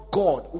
god